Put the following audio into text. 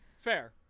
Fair